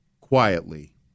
quietly